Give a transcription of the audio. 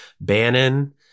Bannon